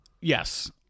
Yes